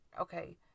Okay